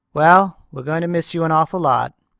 well, we're going to miss you an awful lot,